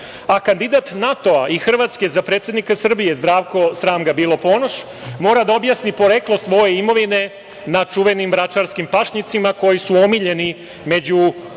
Kandidat NATO-a i Hrvatske za predsednika Srbije Zdravko, sram ga bilo, Ponoš mora da objasni poreklo svoje imovine na čuvenim vračarskim pašnjacima koji su omiljeni među